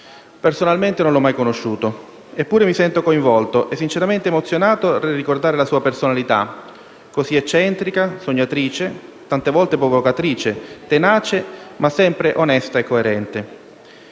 Personalmente non l'ho mai conosciuto, eppure mi sento coinvolto e sinceramente emozionato nel ricordare la sua personalità, così eccentrica, sognatrice, tante volte provocatrice, tenace, ma sempre onesta e coerente.